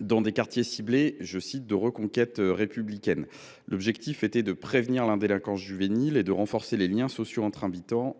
dans des quartiers ciblés, dits de reconquête républicaine. L’objectif était de prévenir la délinquance juvénile et de renforcer les liens sociaux entre habitants,